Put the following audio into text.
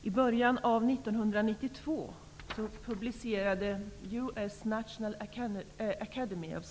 Fru talman! I början av 1992 publicerade U.S.